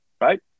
Right